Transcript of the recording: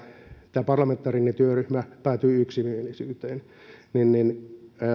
tämä parlamentaarinen työryhmä päätyi yksimielisyyteen